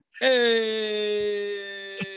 Hey